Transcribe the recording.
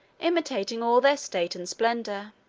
imitating all their state and splendor.